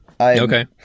Okay